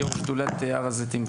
שדולת הר הזיתים,